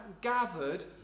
gathered